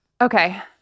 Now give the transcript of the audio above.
Okay